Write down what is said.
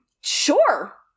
Sure